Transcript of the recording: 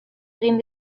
egin